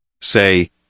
Say